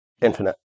infinite